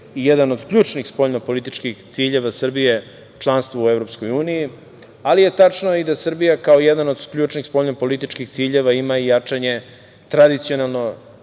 i jedan od ključnih spoljnopolitičkih ciljeva Srbije članstvo u EU, ali je tačno i da Srbija kao jedan od ključnih spoljnopolitičkih ciljeva ima i jačanje i održavanje